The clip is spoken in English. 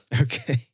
Okay